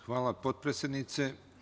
Hvala, potpredsednice.